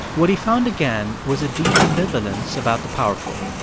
what he found again was a deep ambivalence about the powerful.